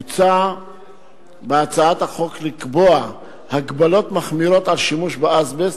מוצע בהצעת החוק לקבוע הגבלות מחמירות על שימוש באזבסט,